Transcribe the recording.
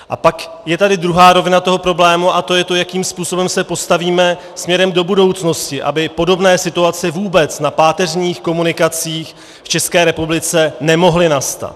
A pak je tady druhá rovina toho problému a to je to, jakým způsobem se postavíme směrem do budoucnosti, aby podobné situace vůbec na páteřních komunikacích v ČR nemohly nastat.